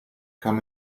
come